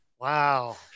Wow